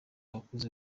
abakuze